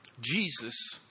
Jesus